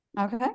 Okay